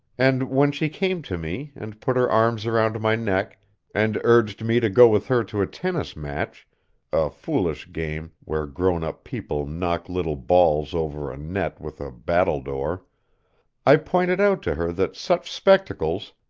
and, when she came to me, and put her arms around my neck and urged me to go with her to a tennis match a foolish game where grown-up people knock little balls over a net with a battledore i pointed out to her that such spectacles,